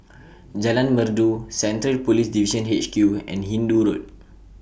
Jalan Merdu Central Police Division H Q and Hindoo Road